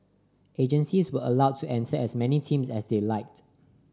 agencies were allowed to enter as many teams as they liked